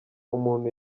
umuntu